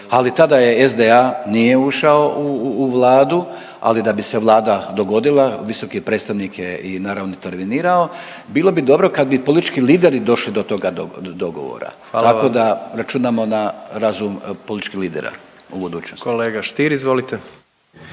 Ali tada je SDA nije ušao u Vladu, ali da bi se Vlada dogodila visoki predstavnik je i naravno intervenirao. Bilo bi dobro kad bi politički lideri došli do toga dogovora …/Upadica predsjednik: Hvala vam./… tako da računamo na razum političkih lidera u budućnosti. **Jandroković,